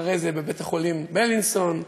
אחרי זה בבית-החולים בילינסון,